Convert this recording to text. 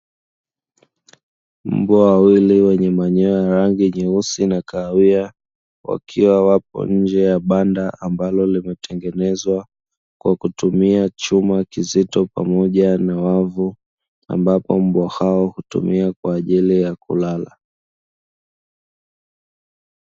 Wawili wenye manyoya ya rangi nyeusi na kawia wakiwa wapo nje ya banda ambalo limetengenezwa kwa kutumia chuma kizito pamoja na wavu, ambapo mbwa hao hutumia kwa ajili ya kulala.